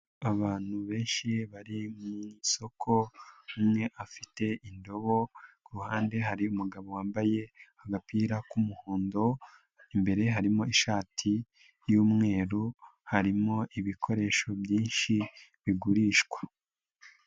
Abantu benshi bari mu isoko, umwe afite indobo .Ku ruhande hari umugabo wambaye agapira k'umuhondo, imbere harimo ishati y'umweru ,harimo ibikoresho byinshi bigurishwa.